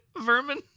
vermin